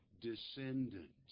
descendants